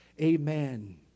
Amen